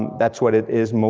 that's what it is,